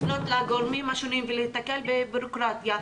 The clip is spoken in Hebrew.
לפנות לגורמים השונים ולהתקל בבירוקרטיה,